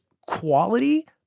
quality